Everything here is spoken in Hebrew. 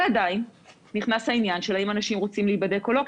ועדיין נכנס העניין האם אנשים רוצים להיבדק או לא,